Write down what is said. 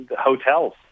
hotels